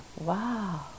wow